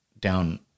down